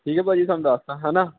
ਠੀਕ ਹੈ ਭਾਅ ਜੀ ਤੁਹਾਨੂੰ ਦੱਸਦਾ ਹੈ ਨਾ